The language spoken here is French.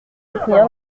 soutenir